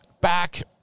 back